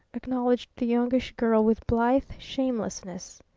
acknowledged the youngish girl with blithe shamelessness.